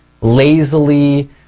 lazily